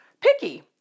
picky